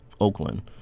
Oakland